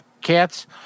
cats